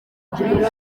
kuri